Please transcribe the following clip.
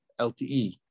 LTE